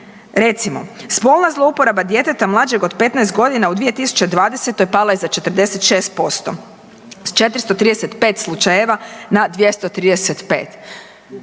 Recimo, spolna zlouporaba djeteta mlađeg od 15 godina u 2020. pala je za 46%. S 435 slučajeva na 235.